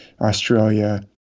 australia